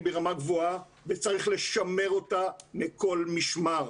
ברמה גבוהה וצריך לשמר אותה מכל משמר.